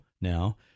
now